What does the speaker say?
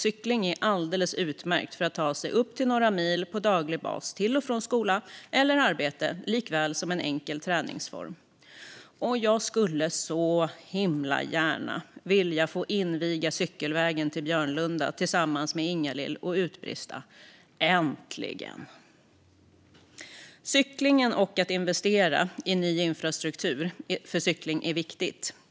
Cykling är alldeles utmärkt för att ta sig upp till några mil på daglig basis till och från skola eller arbete eller som en enkel träningsform. Dessutom skulle jag så himla gärna vilja få inviga cykelvägen till Björnlunda tillsammans med Ingalill och utbrista "Äntligen!". Cyklingen och investeringar i ny infrastruktur för cykling är viktigt.